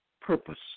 purpose